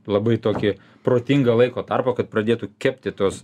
labai tokį protingą laiko tarpą kad pradėtų kepti tuos